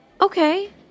Okay